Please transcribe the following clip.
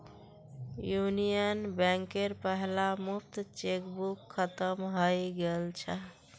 union बैंकेर पहला मुक्त चेकबुक खत्म हइ गेल छ